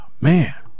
Man